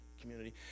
community